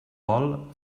vol